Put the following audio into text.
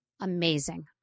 amazing